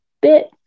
bit